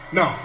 no